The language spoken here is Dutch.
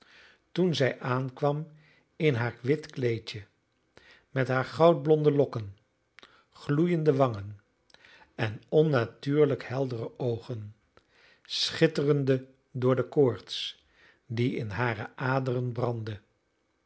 toen zij aankwam in haar wit kleedje met haar goudblonde lokken gloeiende wangen en onnatuurlijk heldere oogen schitterende door de koorts die in hare aderen brandde